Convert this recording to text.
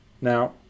Now